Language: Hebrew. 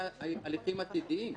לגבי ההליכים הטבעיים.